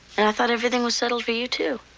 and i thought everything was settled for you too.